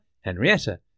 Henrietta